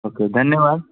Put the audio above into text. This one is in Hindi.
ओके धन्यवाद